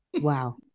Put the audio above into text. Wow